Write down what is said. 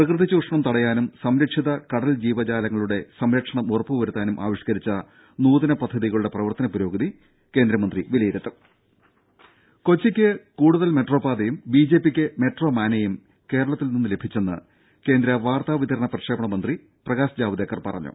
പ്രകൃതി ചൂഷണം തടയാനും സംരക്ഷിത കടൽ ജീവജാലങ്ങളുടെ സംരക്ഷണം ഉറപ്പുവരുത്താനും ആവിഷ്കരിച്ച നൂതന പദ്ധതികളുടെ പ്രവർത്തന പുരോഗതി അദ്ദേഹം വിലയിരുത്തും ദര കൊച്ചിക്ക് കൂടുതൽ മെട്രോ പാതയും ബി ജെ പി ക്ക് മെട്രോ മാനെയും കേരളത്തിൽ ലഭിച്ചെന്ന് കേന്ദ്രവാർത്താവിതരണ പ്രക്ഷേപണ വകുപ്പ് മന്ത്രി പ്രകാശ് ജാവ്ദേക്കർ പറഞ്ഞു